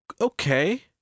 okay